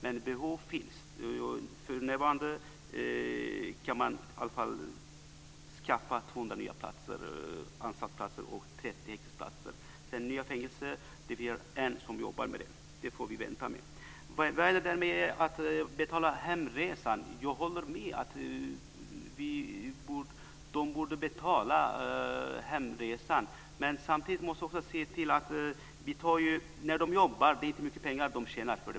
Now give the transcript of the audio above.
Men behov finns. För närvarande kan man i alla fall skaffa 200 nya anstaltsplatser och 30 häktesplatser, och frågan om nya fängelser har vi en som jobbar med. Det får vi vänta med. Vad gäller detta med att betala hemresan håller jag med om att de borde betala den. Men samtidigt måste man tänka på att de för det första inte tjänar mycket pengar när de jobbar.